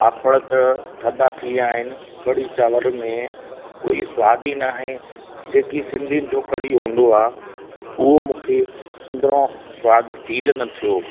पापड़ त थधा थी विया आहिनि कढ़ी चावर में कोई सवाद ई न आहे जेकी सिंधियुनि जो कढ़ी हूंदो आहे उहो मूंखे अंदरु सवादु फील न थियो